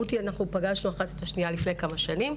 רותי ואני פגשנו אחת את השנייה לפני כמה שנים,